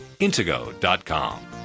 Intego.com